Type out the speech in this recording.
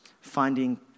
finding